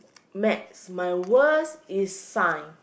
maths my worst is science